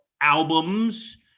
albums